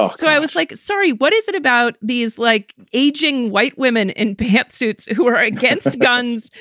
ah so i was like, sorry, what is it about these, like aging white women in pantsuits who are against guns,